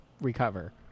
recover